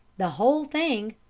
the whole thing,